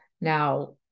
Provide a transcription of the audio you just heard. Now